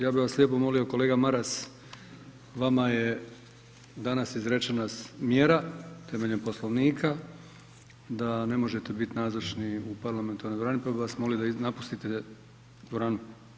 Ja bih vas lijepo molio kolega Maras, vama je danas izrečena mjera temeljem Poslovnika da ne možete biti nazočni u parlamentarnoj dvorani pa bih vas molimo da napustite dvoranu.